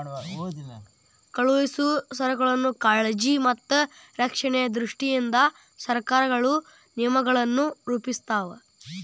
ಕಳುಹಿಸೊ ಸರಕುಗಳ ಕಾಳಜಿ ಮತ್ತ ರಕ್ಷಣೆಯ ದೃಷ್ಟಿಯಿಂದ ಸರಕಾರಗಳು ನಿಯಮಗಳನ್ನ ರೂಪಿಸ್ತಾವ